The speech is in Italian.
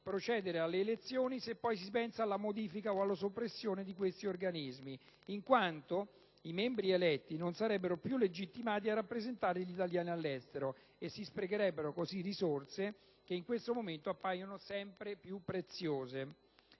procedere alle elezioni se poi si pensa alla modifica o alla soppressione di questi organismi, in quanto i membri eletti non sarebbero più legittimati a rappresentare gli italiani all'estero e si sprecherebbero così risorse che in questo momento appaiono sempre più preziose.